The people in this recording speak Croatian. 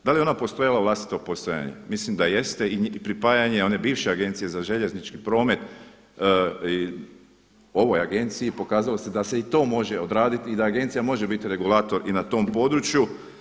Da li je ona postojala u vlastito postojanje, mislim da jeste i pripajanje one bivše agencije za željeznički promet ovoj agenciji, pokazalo se da se i to može odraditi i da agencija može biti regulator i na tom području.